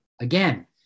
Again